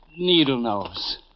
Needlenose